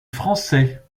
français